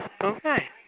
Okay